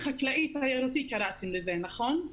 מיזם חקלאי תיירותי קראתם לזה, נכון?